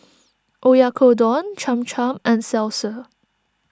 Oyakodon Cham Cham and Salsa